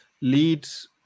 leads